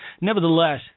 nevertheless